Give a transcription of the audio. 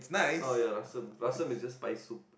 oh ya rassam is just spiced soup